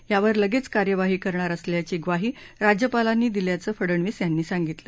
यावर लगेच कार्यवाही करणार असल्याची ग्वाही राज्यपालांनी दिल्याचं फडणवीस यांनी सांगितलं